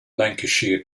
lancashire